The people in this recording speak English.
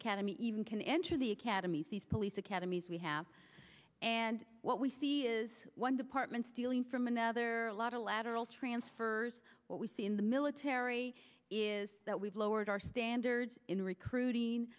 cannon even can enter the academies these police academies we have and what we see is one department stealing from another a lot of lateral transfers what we see in the military is that we've lowered our standards in recruiting